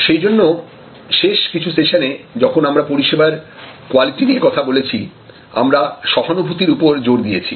সেইজন্য শেষ কিছু সেশনে যখন আমরা পরিষেবার কোয়ালিটি নিয়ে কথা বলেছি আমরা সহানুভূতির উপর জোর দিয়েছি